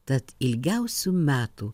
tad ilgiausių metų